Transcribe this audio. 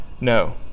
No